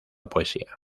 poesía